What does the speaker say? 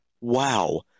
Wow